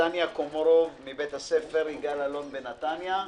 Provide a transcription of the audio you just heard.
את טניה קומורוב מבית הספר יגאל אלון בנתניה,